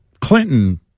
Clinton